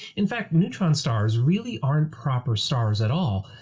in fact, neutron stars really aren't proper stars at all,